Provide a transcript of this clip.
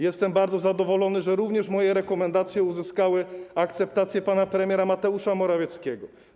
Jestem bardzo zadowolony, że również moje rekomendacje uzyskały akceptację pana premiera Mateusza Morawieckiego.